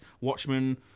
Watchmen